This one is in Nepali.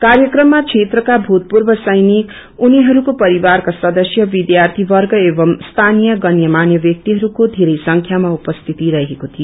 कार्यक्रममा बेत्रका भूतपूर्व सैनिक उनीहरूको परिवारकासदस्य विष्यार्तिवर्ग एवं स्यानीय गन्य मान्य व्याक्तिहरूको धेरै संख्यामा उपस्थित रहेको थियो